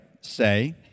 say